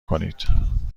کنید